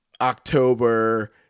october